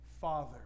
Father